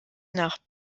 nach